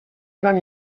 gran